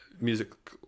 music